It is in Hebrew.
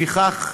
לפיכך,